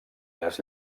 les